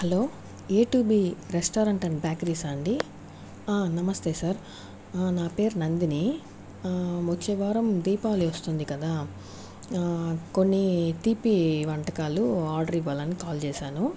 hello A two B restaurant and బేకరీసా అండి నమస్తే సార్ నా పేరు నందిని వచ్చేవారం దీపావళి వస్తుంది కదా కొన్ని తీపి వంటకాలు ఆర్డర్ ఇవ్వాలని కాల్ చేశాను